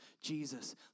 Jesus